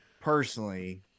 Personally